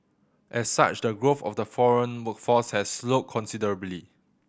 as such the growth of the foreign workforce has slowed considerably